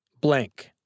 Blank